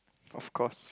of course